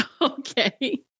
Okay